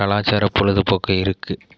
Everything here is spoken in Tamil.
கலாச்சார பொழுதுபோக்கு இருக்குது